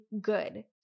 good